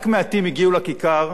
רק מעטים הגיעו לכיכר,